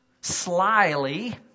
slyly